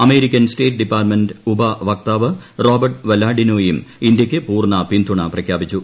American state department ഉപവക്താവ് Robert വല്ലാഡിനോയും ഇന്ത്യ്ക്ക് പൂർണ പിന്തുണ പ്രഖ്യാപിച്ചു